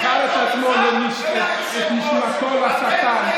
מכר את עצמו, את נשמתו לשטן,